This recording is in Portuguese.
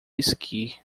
esqui